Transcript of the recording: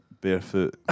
Barefoot